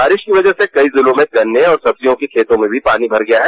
बारिश की वजह से कई जिलों में गन्ने और सब्जियों के खेतों में भी पानी भर गया है